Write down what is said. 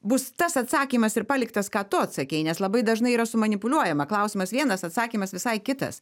bus tas atsakymas ir paliktas ką tu atsakei nes labai dažnai yra sumanipuliuojama klausimas vienas atsakymas visai kitas